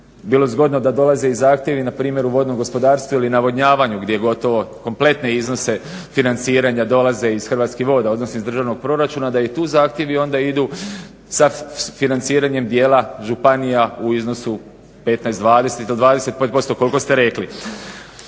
bilo zgodno da dolaze i zahtjevi na primjer u vodnom gospodarstvu ili navodnjavanju gdje gotovo kompletne iznose financiranja dolaze iz Hrvatskih voda, odnosno iz državnog proračuna, da i tu zahtjevi onda idu sa financiranjem dijela županija u iznosu 15, 20 ili 25% koliko ste rekli.